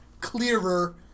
clearer